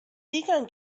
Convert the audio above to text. digan